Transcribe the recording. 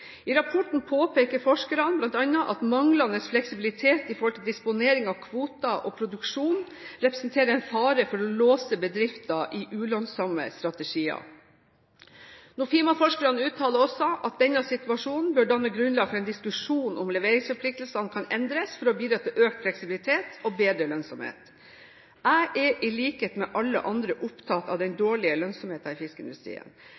I rapporten påpeker forskerne bl.a. at manglende fleksibilitet i disponering av kvoter og produksjon representerer en fare for å låse bedrifter til ulønnsomme strategier. Nofima-forskerne uttaler også at denne situasjonen bør danne grunnlag for en diskusjon om leveringsforpliktelsene kan endres for å bidra til økt fleksibilitet og bedre lønnsomhet. Jeg er i likhet med alle andre opptatt av den